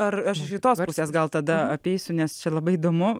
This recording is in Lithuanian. ar aš iš kitos pusės gal tada apeisiu nes čia labai įdomu